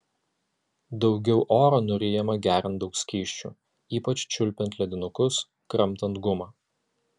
daugiau oro nuryjama geriant daug skysčių ypač čiulpiant ledinukus kramtant gumą